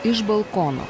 iš balkono